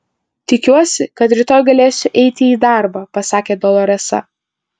tikiuosi kad rytoj galėsiu eiti į darbą pasakė doloresa